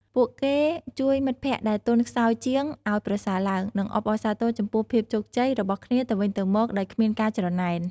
ពួកគេជួយមិត្តភក្តិដែលទន់ខ្សោយជាងឱ្យប្រសើរឡើង និងអបអរសាទរចំពោះភាពជោគជ័យរបស់គ្នាទៅវិញទៅមកដោយគ្មានការច្រណែន។